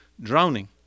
drowning